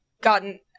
gotten